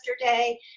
yesterday